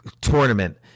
tournament